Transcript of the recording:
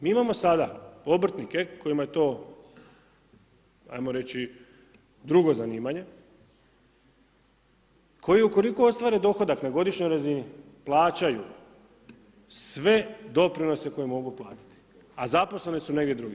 Mi imamo sada obrtnike kojima je to, ajmo reći drugo zanimanje, koji ukoliko ostvare dohodak na godišnjoj razini plaćaju sve doprinose koje mogu platiti, a zaposleni su negdje drugdje.